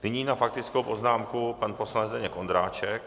Nyní na faktickou poznámku pan poslanec Zdeněk Ondráček.